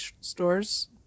stores